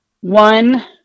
one